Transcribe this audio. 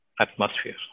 Atmosphere